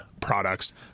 products